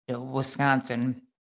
Wisconsin